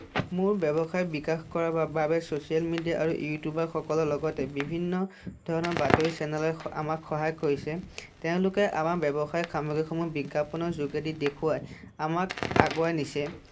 মোৰ ব্যৱসায় বিকাশ কৰাৰ বাবে চছিয়েল মিডিয়া আৰু ইউটিউবাৰসকলৰ লগতে বিভিন্ন ধৰণৰ বাতৰি চেনেলে আমাক সহায় কৰিছে তেওঁলোকে আমাৰ ব্যৱসায়িক সামগ্ৰীসমূৃহ বিজ্ঞাপনৰ যোগেদি দেখুৱাই আমাক আগুৱাই নিছে